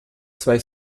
zwei